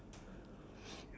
ya the same